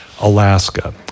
Alaska